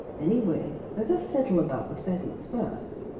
any way let us settle about the pheasants first.